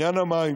עניין המים